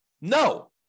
No